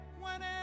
whenever